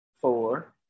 four